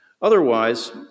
Otherwise